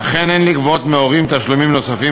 אכן אין לגבות מהורים תשלומים נוספים